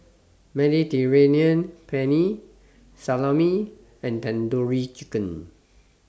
Mediterranean Penne Salami and Tandoori Chicken